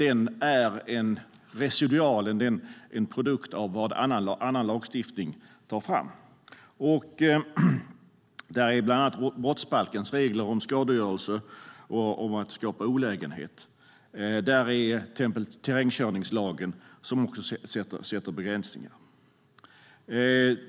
Den är en produkt av vad annan lagstiftning tar fram, bland annat brottsbalkens regler om skadegörelse och om att skapa olägenhet samt terrängkörningslagen, som också sätter begränsningar.